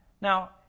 Now